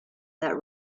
that